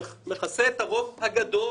מכסה את הרוב הגדול